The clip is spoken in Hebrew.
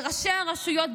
בראשי הרשויות,